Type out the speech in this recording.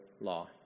law